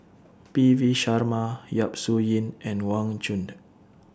P V Sharma Yap Su Yin and Wang Chunde